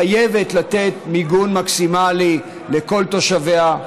חייבת לתת מיגון מקסימלי לכל תושביה,